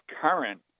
current